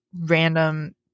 random